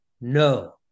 No